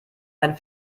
einen